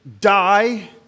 Die